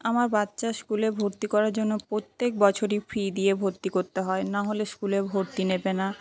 আমার বাচ্চা স্কুলে ভর্তি করার জন্য প্রত্যেক বছরই ফি দিয়ে ভর্তি করতে হয় নাহলে স্কুলে ভর্তি নেবে না